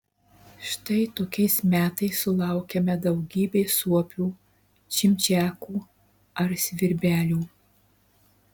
štai tokiais metais sulaukiame daugybės suopių čimčiakų ar svirbelių